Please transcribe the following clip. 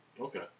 Okay